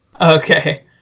okay